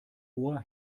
ohr